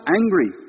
angry